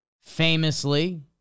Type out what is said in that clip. Famously